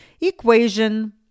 equation